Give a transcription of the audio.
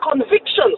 convictions